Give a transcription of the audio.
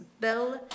bill